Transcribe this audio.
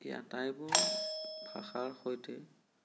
এই আটাইবোৰ ভাষাৰ সৈতে